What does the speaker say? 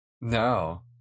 No